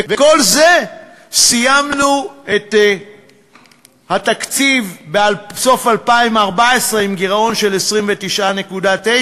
ועם כל זה סיימנו את התקציב בסוף 2014 עם גירעון של 29.9,